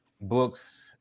books